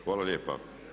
Hvala lijepa.